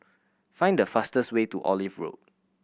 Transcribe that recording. find the fastest way to Olive Road